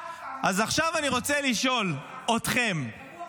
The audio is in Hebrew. אז עכשיו אני רוצה לשאול אתכם ------ אבל הוא אמר.